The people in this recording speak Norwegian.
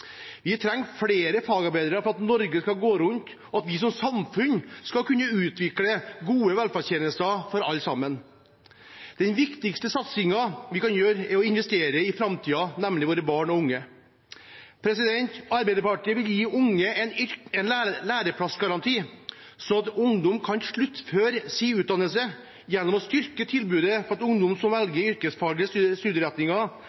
Vi trenger flere fagarbeidere for at Norge skal gå rundt, og at vi som samfunn skal kunne utvikle gode velferdstjenester for alle. Den viktigste satsingen vi kan gjøre, er å investere i framtiden, nemlig våre barn og unge. Arbeiderpartiet vil gi de unge en læreplassgaranti, sånn at ungdom kan sluttføre sin utdannelse. Gjennom å styrke tilbudet for ungdom som